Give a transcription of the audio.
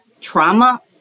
trauma